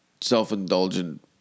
self-indulgent